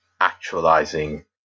actualizing